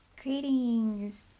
Greetings